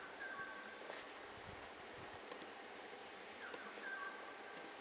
mm